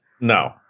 No